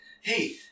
hey